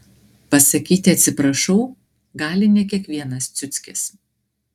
pasakyti atsiprašau gali ne kiekvienas ciuckis